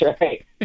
right